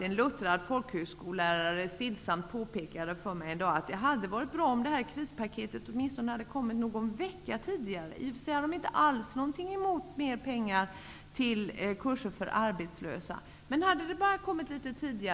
En luttrad folkhögskolelärare påpekade stillsamt för mig att det hade varit bra om krispaket 1 åtminstone hade kommit någon vecka tidigare -- även om man inte alls hade någonting emot mer pengar till kurser för arbetslösa.